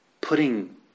putting